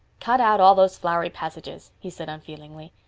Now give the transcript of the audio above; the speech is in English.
cut out all those flowery passages, he said unfeelingly.